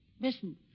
Listen